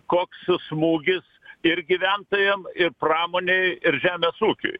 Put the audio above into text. koks smūgis ir gyventojam ir pramonei ir žemės ūkiui